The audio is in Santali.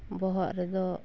ᱵᱚᱦᱚᱜ ᱨᱮᱫᱚ